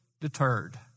deterred